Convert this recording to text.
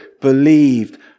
believed